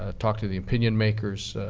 ah talk to the opinion makers.